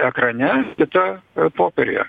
ekrane kita popieriuje